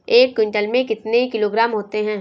एक क्विंटल में कितने किलोग्राम होते हैं?